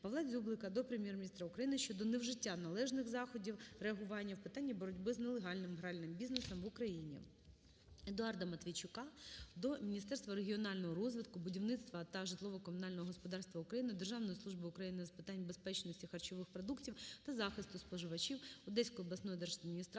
Павла Дзюблика до Прем'єр-міністра України щодо невжиття належних заходів реагування в питанні боротьби з нелегальним гральним бізнесом в Україні.